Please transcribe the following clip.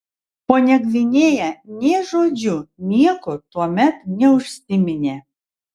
ponia gvinėja nė žodžiu nieko tuomet neužsiminė